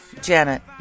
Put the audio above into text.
Janet